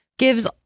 Gives